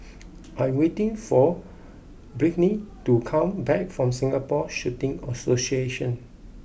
I waiting for Brittny to come back from Singapore Shooting Association